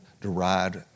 derived